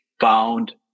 found